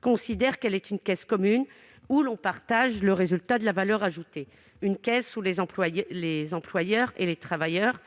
considérons que celle-ci est une caisse commune où l'on partage le produit de la valeur ajoutée, une caisse pour laquelle les employeurs et les travailleurs